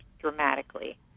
dramatically